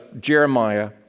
Jeremiah